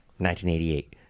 1988